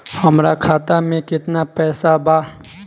हमरा खाता मे केतना पैसा बा?